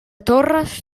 torres